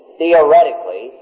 theoretically